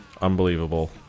unbelievable